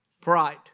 Pride